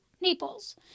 Naples